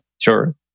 sure